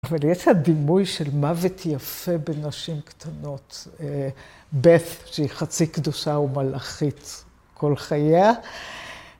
‫אבל יש את הדימוי של מוות יפה ‫בנשים קטנות, ‫בפ, שהיא חצי קדושה, ‫ומלאכית כל חייה.